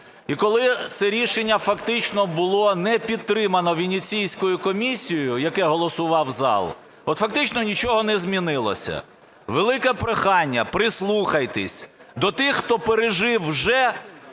і коли це рішення фактично було не підтримано Венеційською комісією, яке голосував зал, от фактично нічого не змінилося. Велике прохання, прислухайтеся до тих, хто пережив вже